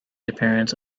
appearance